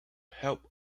help